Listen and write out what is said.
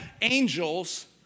angels